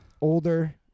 older